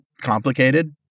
complicated